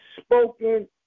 spoken